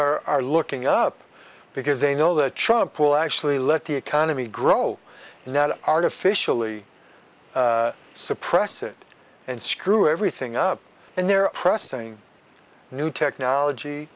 are are looking up because they know that trump will actually let the economy grow now artificially suppress it and screw everything up and they're pressing new technology